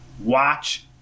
Watch